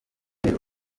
rero